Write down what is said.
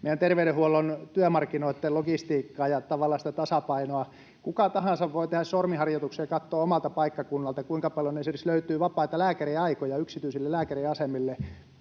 meidän terveydenhuollon työmarkkinoitten logistiikkaa ja tavallaan sitä tasapainoa. Kuka tahansa voi tehdä sormiharjoituksia ja katsoa omalta paikkakunnalta, kuinka paljon esimerkiksi löytyy vapaita lääkäriaikoja yksityisille lääkäriasemille